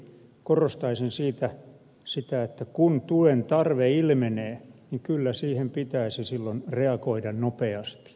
korostaisin siitä sitä että kun tuen tarve ilmenee niin kyllä siihen pitäisi silloin reagoida nopeasti